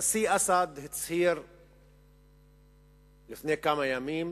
הנשיא אסד הצהיר לפני כמה ימים